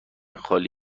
خالی